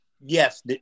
Yes